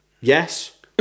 Yes